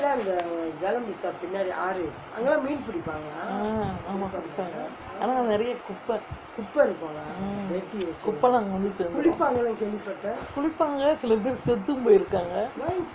ah ஆமா பிடிப்பாங்கே ஆனா நெறைய குப்பே குப்பேலாம் அங்கே வந்து சேந்துரும் குளிப்பாங்கே சில பேர் செத்தும் போயிருக்காங்கே:aamaa pidippangae aanaa neraiyaa kuppae kuppaelaam angae vanthu senthurum kulippangae sila per setthum poyirukkangae